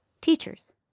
teachers